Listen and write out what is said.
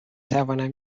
توانم